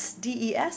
des